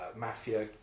Mafia